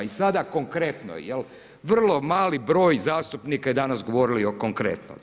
I sada konkretno, vrlo mali broj zastupnika je danas govorio konkretno.